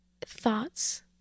thoughts